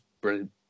brilliant